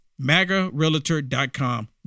MAGArealtor.com